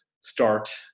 start